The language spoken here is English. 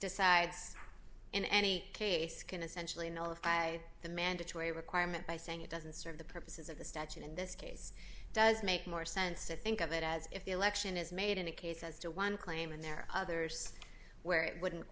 decides in any case can essentially nullify the mandatory requirement by saying it doesn't serve the purposes of the statute in this case it does make more sense to think of it as if the election is made in a case as to one claim and there are others where it wouldn't